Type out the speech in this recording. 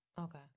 Okay